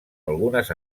algunes